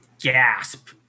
gasp